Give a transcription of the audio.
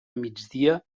migdia